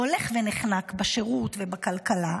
הולך ונחנק בשירות ובכלכלה,